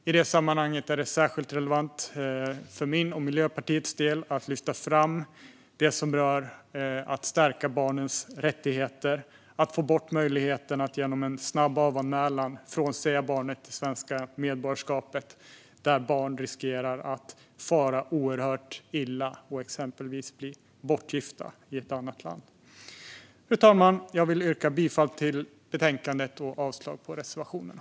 I det sammanhanget är det särskilt relevant för min och Miljöpartiets del att lyfta fram det som rör att stärka barns rättigheter och få bort möjligheten att genom en snabb avanmälan frånsäga barnet det svenska medborgarskapet, exempelvis när barn riskerar att bli bortgifta i ett annat land och fara oerhört illa. Fru talman! Jag vill yrka bifall till utskottets förslag i betänkandet och avslag på reservationerna.